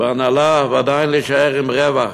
בהנעלה, ועדיין להישאר עם רווח.